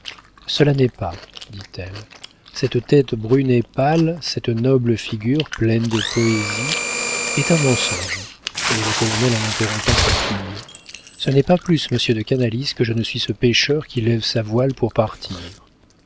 cela n'est pas dit-elle cette tête brune et pâle cette noble figure pleine de poésie est un mensonge dit le colonel en interrompant sa fille ce n'est pas plus monsieur de canalis que je ne suis ce pêcheur qui lève sa voile pour partir